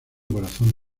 corazón